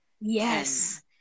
Yes